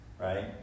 right